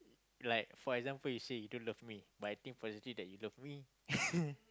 like for example you say you don't love me but I think actually that you love me